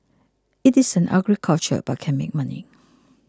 it is an ugly culture but can make money